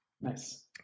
Nice